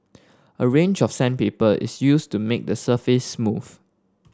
a range of sandpaper is used to make the surface smooth